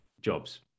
jobs